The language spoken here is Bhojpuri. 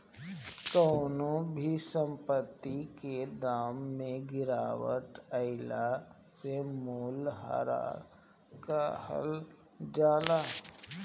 कवनो भी संपत्ति के दाम में गिरावट आइला के मूल्यह्रास कहल जाला